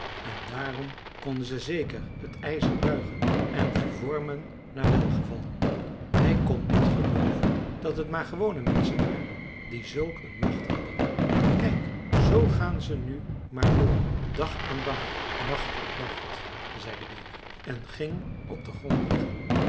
en daarom konden ze zeker t ijzer buigen en vervormen naar welgevallen hij kon niet gelooven dat het maar gewone menschen waren die zulk een macht hadden kijk zoo gaan ze nu maar door dag aan dag nacht op nacht zei de beer en ging op den grond liggen